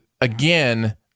again